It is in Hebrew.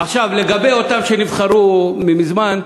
עכשיו, לגבי אותם שנבחרו ממזמן,